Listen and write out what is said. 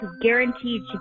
guaranteed